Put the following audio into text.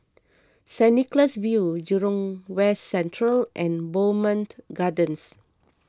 Saint Nicholas View Jurong West Central and Bowmont Gardens